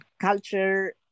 culture